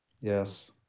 Yes